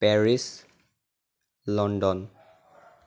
Paris London